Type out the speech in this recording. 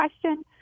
question